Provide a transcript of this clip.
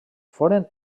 foren